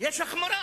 יש החמרה